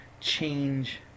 change